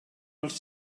els